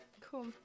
Cool